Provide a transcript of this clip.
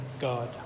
God